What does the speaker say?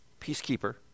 peacekeeper